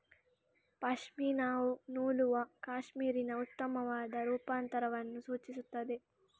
ಪಶ್ಮಿನಾವು ನೂಲುವ ಕ್ಯಾಶ್ಮೀರಿನ ಉತ್ತಮವಾದ ರೂಪಾಂತರವನ್ನು ಸೂಚಿಸುತ್ತದೆ